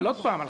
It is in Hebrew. אבל למה?